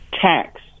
tax